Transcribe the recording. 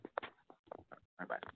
Bye-bye